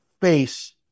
face